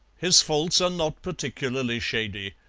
his faults are not particularly shady,